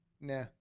Nah